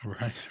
Right